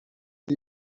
طول